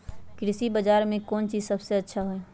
कृषि बजार में कौन चीज सबसे अच्छा होई?